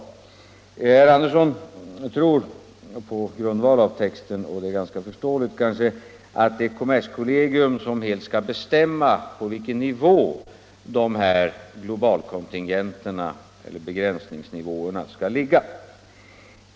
Herr Andersson i Örebro tror på grundval av texten — och det är ganska förståeligt —- att kommerskollegium helt skall bestämma på vilken nivå de här begränsningarna skall ligga.